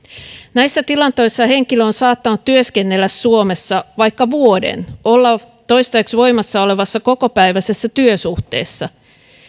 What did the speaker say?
näissä tilanteissa henkilö on saattanut työskennellä suomessa vaikka vuoden olla toistaiseksi voimassa olevassa kokopäiväisessä työsuhteessa